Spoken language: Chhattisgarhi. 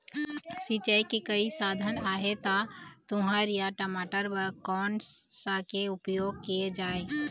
सिचाई के कई साधन आहे ता तुंहर या टमाटर बार कोन सा के उपयोग किए जाए?